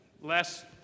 less